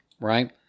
right